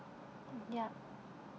yup